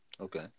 Okay